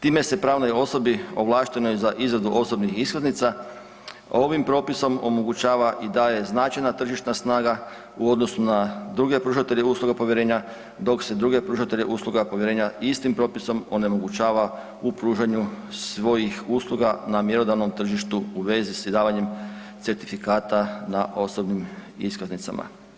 Time se pravnoj osobi ovlaštenoj za izradu osobnih iskaznica ovim propisom omogućava i daje značajna tržišna snaga u odnosu na druge pružatelje usluge povjerenja dok se druge pružatelje usluga povjerenja istim propisom onemogućava u pružanju svojih usluga na mjerodavnom tržištu u vezi s izdavanjem certifikata na osobnim iskaznicama.